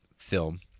film